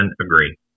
agree